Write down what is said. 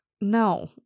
no